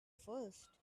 first